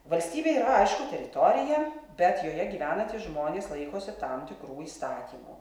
valstybė yra aišku teritorija bet joje gyvenantys žmonės laikosi tam tikrų įstatymų